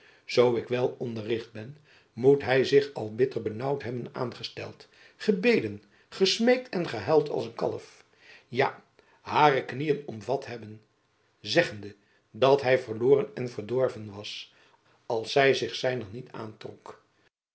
zoo ik wel onderricht ben moet hy zich al bitter benaauwd hebben aangesteld gebeden gesmeekt en gehuild als een kalf ja hare knieën omvat hebben zeggende dat hy verloren en verdorven was als zy zich zijner niet aantrok